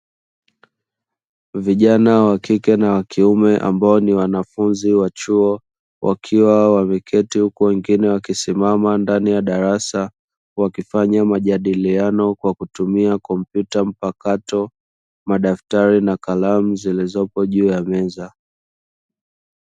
Vijana wa kike na wa kiume ambao ni wanafunzi wa chuo wakiwa wameketi huku wengine wakisimama ndani ya darasa; wakifanya majadiliano kwa kutumia kopyuta mpakato, madaftari na kalamu zilizopo juu ya meza.